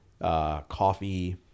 coffee